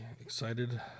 excited